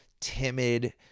timid